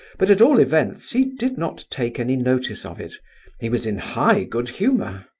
but at all events he did not take any notice of it he was in high good humour.